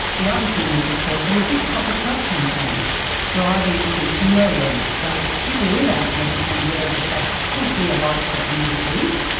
the other thing is of course there were big public health campaigns driving consumer awareness. so people with asthma became aware of the fact it could be a life-threatening disease,